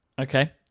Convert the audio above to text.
Okay